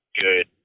good